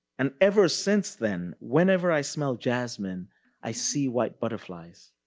and ever since then, whenever i smell jasmine i see white butterflies.